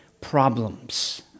problems